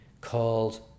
called